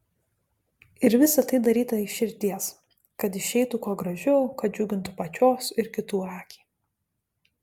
ir visa tai daryta iš širdies kad išeitų kuo gražiau kad džiugintų pačios ir kitų akį